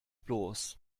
bloß